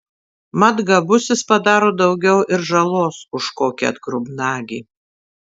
mat gabusis padaro daugiau ir žalos už kokį atgrubnagį